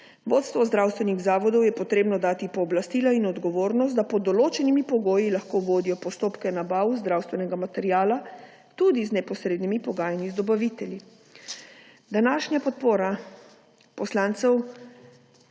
Vodstvu zdravstvenih zavodov je potrebno dati pooblastila in odgovornost, da pod določenimi pogoji lahko vodijo postopke nabav zdravstvenega materiala tudi z neposrednimi pogajanji z dobavitelji.